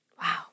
wow